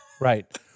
right